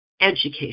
education